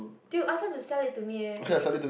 dude ask her to sell it to me eh